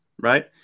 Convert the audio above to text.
right